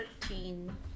Thirteen